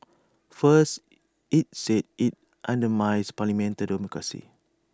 first IT said IT undermines parliamentary democracy